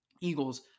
Eagles